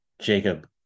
Jacob